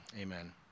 amen